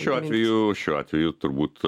šiuo atveju šiuo atveju turbūt